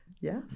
Yes